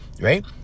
right